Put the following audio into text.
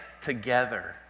together